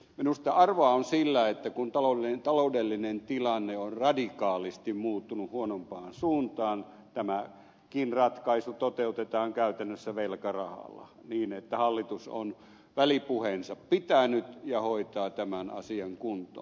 minusta arvoa on sillä että kun taloudellinen tilanne on radikaalisti muuttunut huonompaan suuntaan tämäkin ratkaisu toteutetaan käytännössä velkarahalla niin että hallitus on välipuheensa pitänyt ja hoitaa tämän asian kuntoon